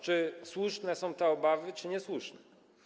Czy słuszne są te obawy, czy niesłuszne?